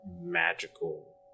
magical